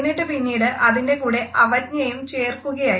എന്നിട്ട് പിന്നീട് അതിൻ്റെ കൂടെ അവജ്ഞയും ചേർക്കുകയായിരുന്നു